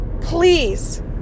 please